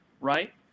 right